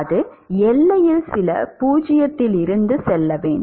இது எல்லையில் சில 0 இலிருந்து செல்ல வேண்டும்